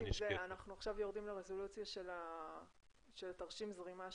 אנחנו עכשיו יורדים לרזולציה של תרשים זרימה.